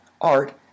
art